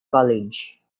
college